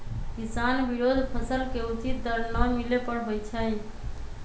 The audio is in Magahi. किसान विरोध फसल के उचित दर न मिले पर होई छै